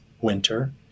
winter